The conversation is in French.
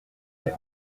les